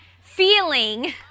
feeling